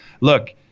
Look